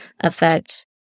affect